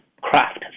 craft